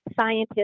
scientists